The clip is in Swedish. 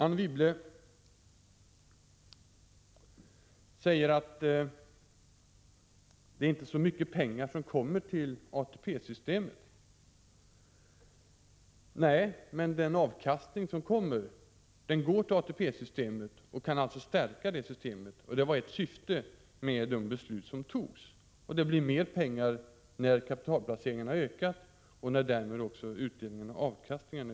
Anne Wibble säger att det inte är fråga om så stora belopp som går till ATP-systemet. Nej, men den avkastning man får går till ATP-systemet och kan alltså stärka detta — det var ett syfte med de beslut som fattades — och det blir mer pengar när kapitalplaceringarna har ökat och därmed också utdelningarna och avkastningarna.